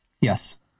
Yes